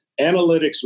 Analytics